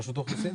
רשות האוכלוסין?